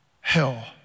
hell